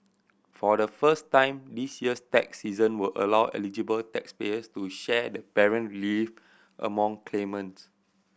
for the first time this year's tax season will allow eligible taxpayers to share the parent relief among claimants